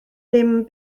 ddim